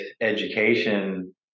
education